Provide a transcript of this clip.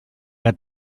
que